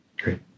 Great